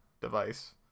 device